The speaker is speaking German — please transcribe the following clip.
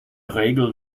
regel